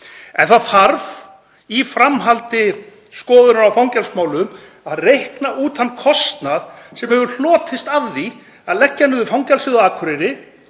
En það þarf í framhaldi skoðunar á fangelsismálum að reikna út þann kostnað sem hefur hlotist af því að leggja niður fangelsið á Akureyri